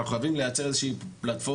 אנחנו חייבים לייצר איזו שהיא פלטפורמה